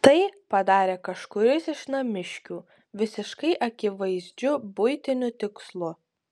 tai padarė kažkuris iš namiškių visiškai akivaizdžiu buitiniu tikslu